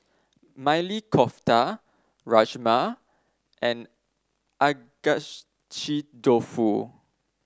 Maili Kofta Rajma and Agedashi Dofu